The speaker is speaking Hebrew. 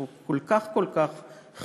אבל הוא כל כך כל כך חיוני,